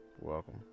Welcome